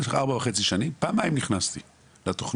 במשך ארבע וחצי שנים פעמיים נכנסתי לתוכנה,